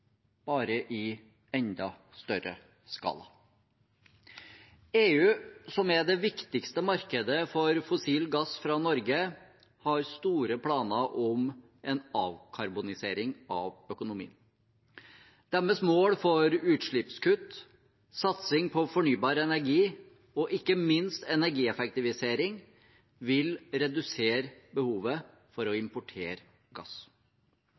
bare i enda større skala. EU, som er det viktigste markedet for fossil gass fra Norge, har store planer om en avkarbonisering av økonomien. Deres mål for utslippskutt, satsing på fornybar energi og ikke minst energieffektivisering vil redusere behovet for å importere gass.